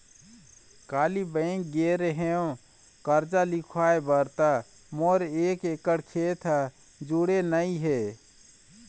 काली bank गे रेहेव करजा लिखवाय बर त मोर एक एकड़ खेत ह जुड़े नइ हे